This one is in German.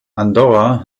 andorra